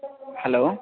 hello